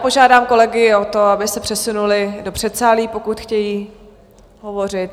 Požádám kolegy o to, aby se přesunuli do předsálí, pokud chtějí hovořit.